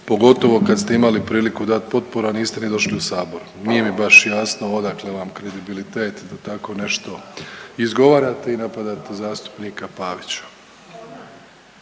pogotovo kad ste imali priliku dat potporu, a niste ni došli u Sabor. Nije mi baš jasno odakle vam kredibilitet da tako nešto izgovarate i napadate zastupnika Pavića.